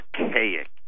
archaic